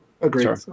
agreed